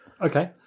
Okay